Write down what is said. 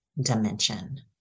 dimension